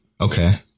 Okay